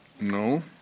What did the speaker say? no